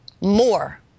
more